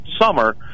summer